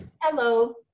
Hello